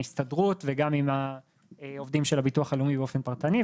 ההסתדרות וגם עם העובדים של הביטוח של הביטוח הלאומי באופן פרטני,